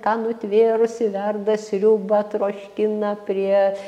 ką nutvėrusi verda sriubą troškina prie